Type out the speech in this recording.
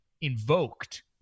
invoked